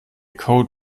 code